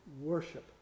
worship